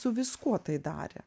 su viskuo tai darė